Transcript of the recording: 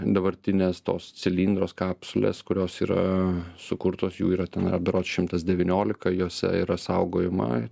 dabartinės tos cilindros kapsulės kurios yra sukurtos jų yra ten yra berods šimtas devyniolika jose yra saugojama